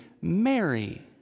Mary